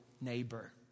neighbor